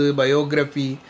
biography